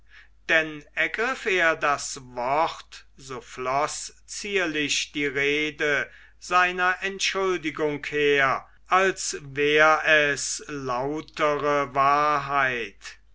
denn ergriff er das wort so floß die zierliche rede seiner entschuldigung her als wäre es lautere wahrheit